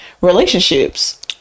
relationships